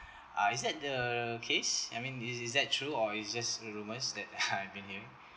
uh is that the case I mean is is that true or is just rumours that I've been hearing